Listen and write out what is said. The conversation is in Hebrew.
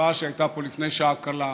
ההצבעה שהייתה פה לפני שעה קלה,